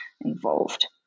involved